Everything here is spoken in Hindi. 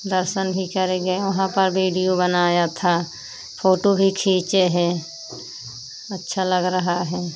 दर्शन भी करेंगे वहाँ पर बीडियो बनाया था फोटो भी खींचे है अच्छा लग रहा है